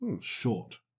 short